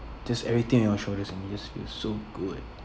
just everything on your shoulders and it just feel so good